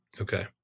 Okay